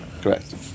Correct